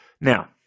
Now